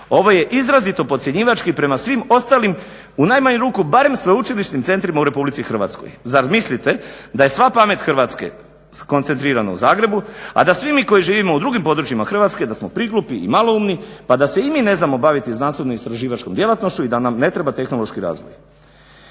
Ovo je izrazito podcjenjivački prema svim ostalim u najmanju ruku barem sveučilišnim centrima u RH. Zar mislite da je sva pamet Hrvatske koncentrirana u Zagrebu, a da svi mi koji živimo u drugim područjima Hrvatske da smo priglupi i maloumni pa da se i mi ne znamo baviti znanstveno-istraživačkom djelatnošću i da nam ne treba tehnološki razvoj?